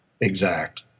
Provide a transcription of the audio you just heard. exact